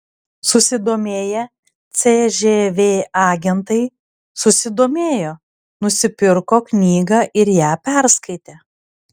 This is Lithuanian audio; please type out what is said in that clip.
susidomėję cžv agentai susidomėjo nusipirko knygą ir ją perskaitė